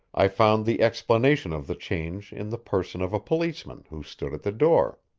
i found the explanation of the change in the person of a policeman, who stood at the door.